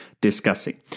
discussing